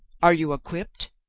are you equipped?